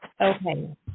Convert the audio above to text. Okay